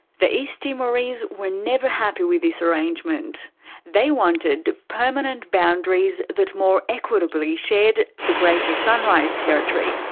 the east timorese were never happy with this arrangement they wanted permanent boundaries that more equitably shared the greater sunrise territory,